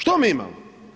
Što mi imamo?